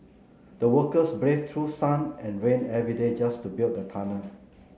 the workers braved through sun and rain every day just to build the tunnel